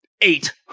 eight